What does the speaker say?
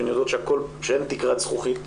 שהן יודעות שאין תקרת זכוכית